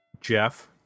Jeff